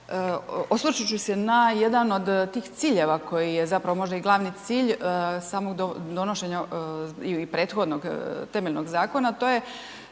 osvrćući se na jedan od tih ciljeva koji je zapravo i možda glavni cilj samog donošenja i prethodnog temeljnog zakona to je